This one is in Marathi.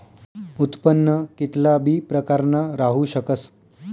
उत्पन्न कित्ला बी प्रकारनं राहू शकस